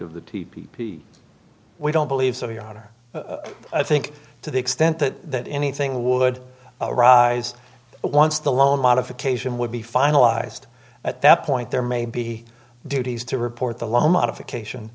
of the t p we don't believe so your honor i think to the extent that anything would arise once the loan modification would be finalized at that point there may be duties to report the loan modification